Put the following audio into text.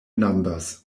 numbers